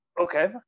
Okay